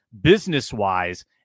business-wise